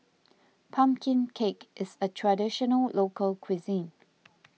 Pumpkin Cake is a Traditional Local Cuisine